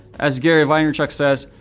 as gary vaynerchuk says,